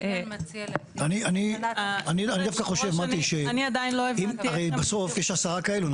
אני דווקא חושב, מטי, שאם, הרי בסוף יש עשרה כאלו.